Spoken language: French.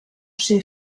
chez